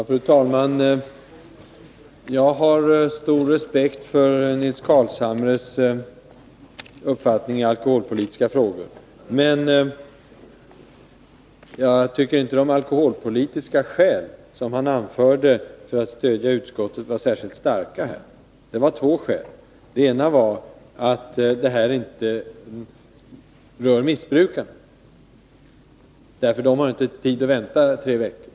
Fru talman! Jag har stor respekt för Nils Carlshamres uppfattning i alkoholpolitiska frågor. Men jag tycker inte att de alkoholpolitiska skäl som han här anförde för att stödja utskottet var särskilt starka. Han anförde två skäl. Det ena var att frågan om snabbvinet inte rör missbrukarna, därför att de inte har tid att vänta i tre veckor.